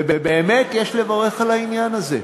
ובאמת, יש לברך על העניין הזה,